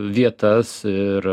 vietas ir